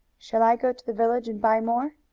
shall i go to the village and buy more?